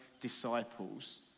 disciples